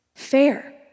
fair